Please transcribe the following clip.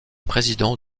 président